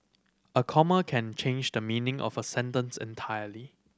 a comma can change the meaning of a sentence entirely